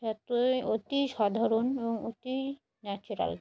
সে এতই অতিই সাধারণ এবং অতিই ন্যাচারাল